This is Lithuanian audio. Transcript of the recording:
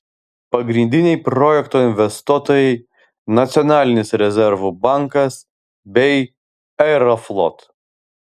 pagrindiniai projekto investuotojai nacionalinis rezervų bankas bei aeroflot